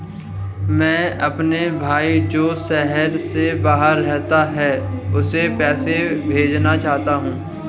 मैं अपने भाई जो शहर से बाहर रहता है, उसे पैसे भेजना चाहता हूँ